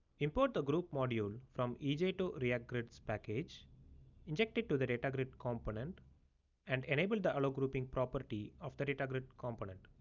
import the group module from e j two react grids package inject it to the data grid component and enable the allowgrouping property of the data grid component.